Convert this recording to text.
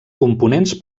components